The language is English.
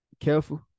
careful